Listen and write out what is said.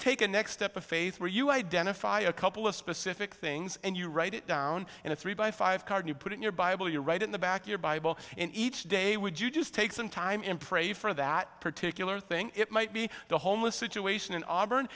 take a next step a phase where you identify a couple of specific things and you write it down in a three by five card you put in your bible you write in the back your bible in each day would you just take some time in pray for that particular thing it might be the homeless situation in auburn